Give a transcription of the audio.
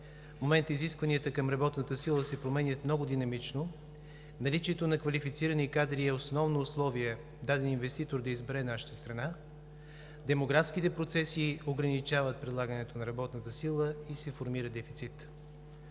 момента изискванията към работната сила се променят много динамично. Наличието на квалифицирани кадри е основно условие даден инвеститор да избере нашата страна. Демографските процеси ограничават предлагането на работната сила и се формира дефицит.